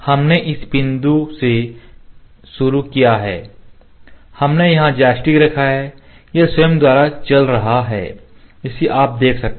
हमने इस बिंदु से शुरू किया है हमने यहां जॉयस्टिक रखा है यह स्वयं द्वारा चल रहा है जिसे आप देख सकते हैं